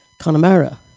Connemara